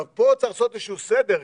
פה צריך לעשות איזה שהוא סדר.